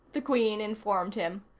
the queen informed him,